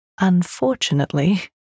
unfortunately